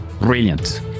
Brilliant